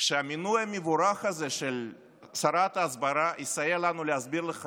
שהמינוי המבורך הזה של שרת ההסברה יסייע לנו להסביר לך